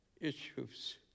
issues